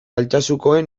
altsasukoen